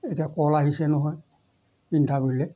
এতিয়া ক'ল আহিছে নহয় ইণ্টাৰভিউলৈ